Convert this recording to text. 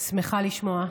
שמחה לשמוע.